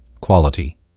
Quality